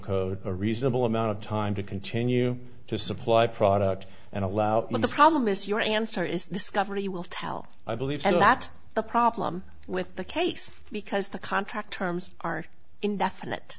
code a reasonable amount of time to continue to supply product and allow what the problem is your answer is discovery will tell i believe and that's the problem with the case because the contract terms are indefinite